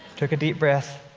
took a deep breath,